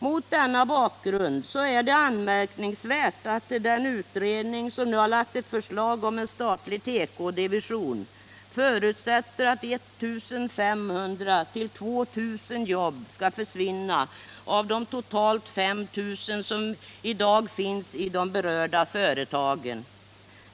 Mot denna bakgrund är det anmärkningsvärt att den utredning som nu har lagt ett förslag om en statlig tekodivision förutsätter att I 500-2 000 jobb skall försvinna av de totalt 5 000 som i dag finns i de berörda företagen.